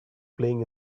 playing